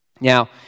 Now